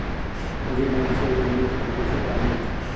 मुझे बैंक से एक नई चेक बुक इशू करानी है